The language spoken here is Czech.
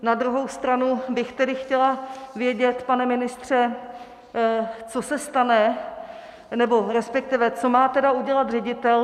Na druhou stranu bych tedy chtěla vědět, pane ministře, co se stane, nebo respektive co má tedy udělat ředitel.